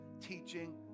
teaching